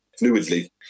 fluidly